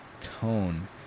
tone